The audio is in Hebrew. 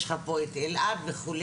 יש לך פה את אלעד וכו'.